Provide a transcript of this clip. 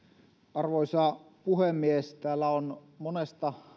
arvoisa puhemies täällä on monesta